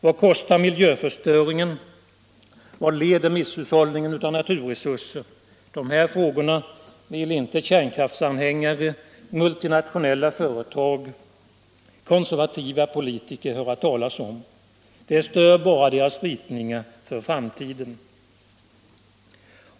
Vad kostar miljöförstöringen? Vart leder misshushållningen med naturresurser? De här frågorna vill inte kärnkraftsanhängare, multinationella företag och konservativa politiker höra talas om. De stör bara deras ritningar för framtiden.